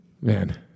man